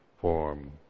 form